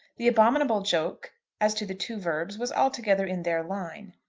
the abominable joke as to the two verbs was altogether in their line.